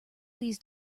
these